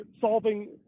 solving